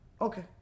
Okay